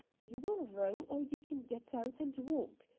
you will row or you can get out and walk!